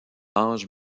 ange